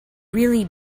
really